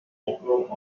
encore